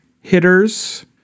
hitters